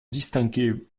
distinguer